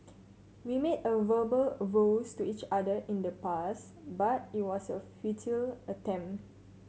we made verbal vows to each other in the past but it was a futile attempt